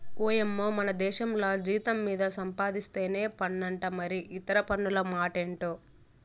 ఓయమ్మో మనదేశంల జీతం మీద సంపాధిస్తేనే పన్నంట మరి ఇతర పన్నుల మాటెంటో